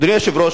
אדוני היושב-ראש,